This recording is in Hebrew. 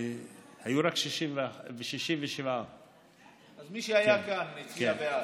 היו רק 67. אז מי שהיה כאן הצביע בעד.